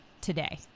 today